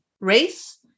race